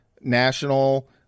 national